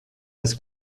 das